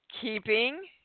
keeping